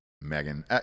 Megan